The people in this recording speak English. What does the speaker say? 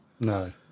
No